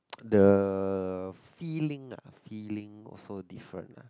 the feeling uh feeling also different uh